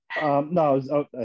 No